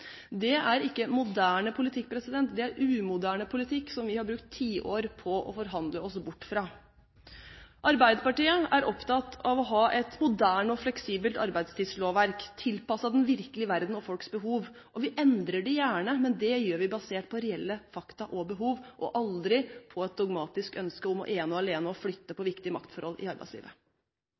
Det er ikke moderne politikk. Det er umoderne politikk, som vi har brukt tiår på å forhandle oss bort fra. Arbeiderpartiet er opptatt av å ha et moderne og fleksibelt arbeidstidslovverk, tilpasset den virkelige verden og folks behov. Vi endrer det gjerne, men det gjør vi basert på reelle fakta og behov og aldri på et dogmatisk ønske om ene og alene å flytte på viktige maktforhold i arbeidslivet.